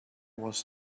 was